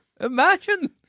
Imagine